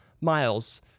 miles